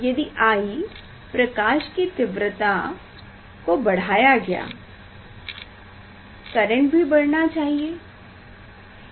यदि I प्रकाश की तीव्रता को बढ़ाया गया करेंट भी बढ़ना चाहिए